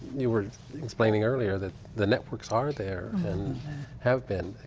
you were explaining earlier, that the networks are there and have been,